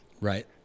Right